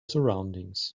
surroundings